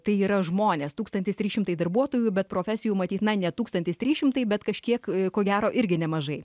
tai yra žmonės tūkstantis trys šimtai darbuotojų bet profesijų matyt na ne tūkstantis trys šimtai bet kažkiek ko gero irgi nemažai